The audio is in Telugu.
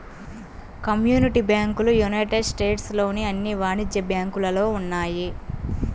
కమ్యూనిటీ బ్యాంకులు యునైటెడ్ స్టేట్స్ లోని అన్ని వాణిజ్య బ్యాంకులలో ఉన్నాయి